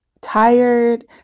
tired